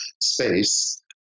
space